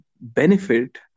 benefit